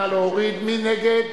אין נמנעים.